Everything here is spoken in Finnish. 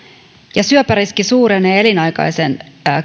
ja syöpäriski suurenee elinaikaisen